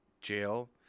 jail